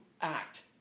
act